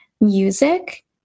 music